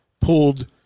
pulled